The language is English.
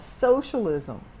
socialism